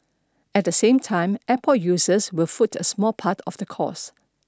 at the same time airport users will foot a small part of the cost